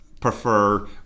Prefer